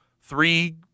three